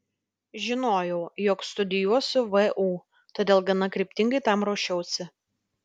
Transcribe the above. žinojau jog studijuosiu vu todėl gana kryptingai tam ruošiausi